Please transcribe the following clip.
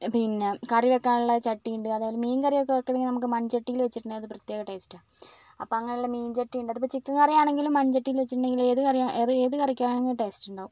പിന്നെ കറി വെക്കാനുള്ള ചട്ടിയിണ്ട് അതേപോലെ മീൻ കറിയൊക്കെ വയ്ക്കണെൽ നമുക്ക് മൺ ചട്ടീൽ വച്ചിട്ടുണ്ടേൽ അത് പ്രത്യേക ടേസ്റ്റ്റ്റാ അപ്പോൾ അങ്ങനുള്ള മീൻ ചട്ടീണ്ട് അതിപ്പോൾ ചിക്കൻ കറിയാണെങ്കിലും മൺ ചട്ടീൽ വെച്ചിട്ടുണ്ടങ്കിൽ ഏത് കറിയാ ഏത് കറിക്കാണെങ്കിലും ടേസ്റ്റിണ്ടാവും